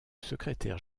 secrétaire